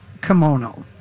kimono